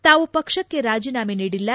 ತಾವು ಪಕ್ಷಕ್ಕೆ ರಾಜೀನಾಮೆ ನೀಡಿಲ್ಲ